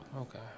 Okay